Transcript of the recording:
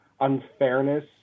unfairness